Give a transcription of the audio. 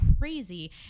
crazy